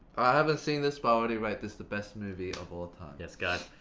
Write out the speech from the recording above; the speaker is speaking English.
haven't seen this but i already rate this the best movie of all time. yes, guys.